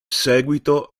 seguito